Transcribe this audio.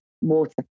water